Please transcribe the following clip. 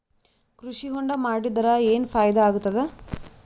ಕೃಷಿ ಹೊಂಡಾ ಮಾಡದರ ಏನ್ ಫಾಯಿದಾ ಆಗತದ?